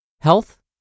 health